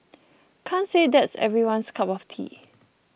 can't say that's everyone's cup of tea